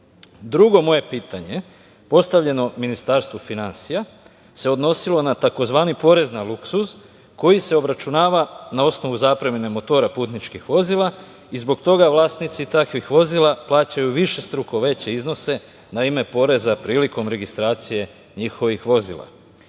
moje pitanje postavljeno Ministarstvu finansija se odnosilo na tzv. porez na luksuz koji se obračunava na osnovu zapremine motora putničkih vozila i zbog toga vlasnici takvih vozila plaćaju višestruko veće iznose na ime poreza prilikom registracije njihovih vozila. Dame